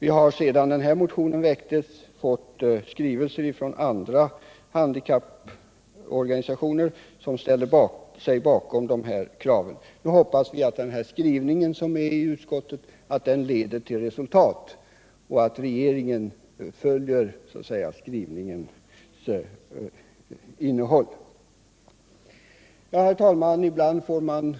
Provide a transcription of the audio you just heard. Vi har sedan denna motion väcktes fått skrivelser från andra handikapporganisationer som ställde sig bakom dessa krav. Nu hoppas vi att utskottets skrivning skall leda till resultat och att regeringen beaktar skrivningens innehåll. Herr talman! Ibland får man